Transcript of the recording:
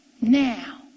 Now